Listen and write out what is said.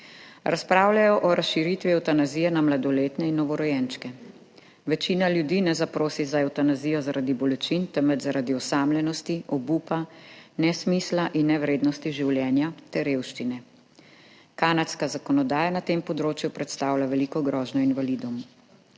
Razpravljajo o razširitvi evtanazije na mladoletne in novorojenčke. Večina ljudi ne zaprosi za evtanazijo zaradi bolečin, temveč zaradi osamljenosti, obupa, nesmisla in nevrednosti življenja ter revščine. Kanadska zakonodaja na tem področju predstavlja veliko grožnjo invalidom.